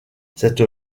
cette